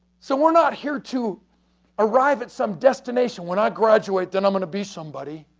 so, we're not here to arrive at some destination when i graduate then i'm going to be somebody.